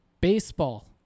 baseball